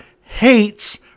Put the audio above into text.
hates